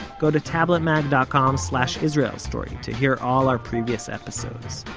go to tabletmag dot com slash israel story to hear all our previous episodes.